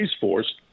Force